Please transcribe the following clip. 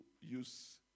use